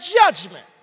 judgment